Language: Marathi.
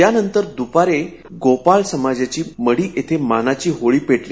त्यानंतर दुपारी गोपाळ समाजाची मढी येथील मानाची होळी पेटली